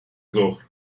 ظهر